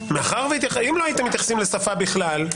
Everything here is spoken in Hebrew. לו לא הייתם מתייחסים לשפה בכלל,